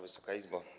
Wysoka Izbo!